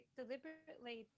deliberately